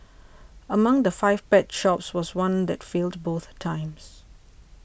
among the five pet shops was one that failed both times